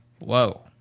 Whoa